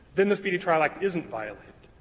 then the speedy trial act isn't violated.